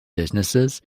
businesses